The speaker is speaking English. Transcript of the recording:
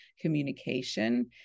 communication